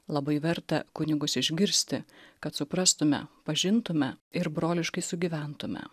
labai verta kunigus išgirsti kad suprastume pažintume ir broliškai sugyventume